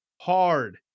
hard